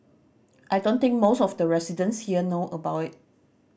I don't think most of the residents here know about it